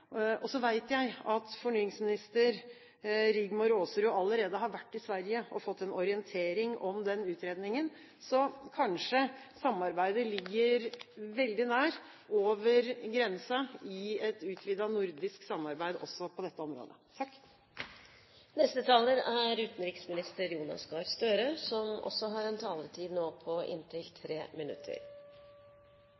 Og så vet jeg at fornyingsminister Rigmor Aasrud allerede har vært i Sverige og fått en orientering om den utredningen. Så kanskje samarbeidet ligger veldig nært, over grensen, i et utvidet nordisk samarbeid også på dette området. Det fremgikk jo egentlig av representantens innlegg her at det er en nasjonal og en internasjonal agenda, og det er en